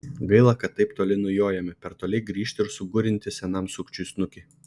gaila kad taip toli nujojome per toli grįžt ir sugurinti senam sukčiui snukį